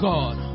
God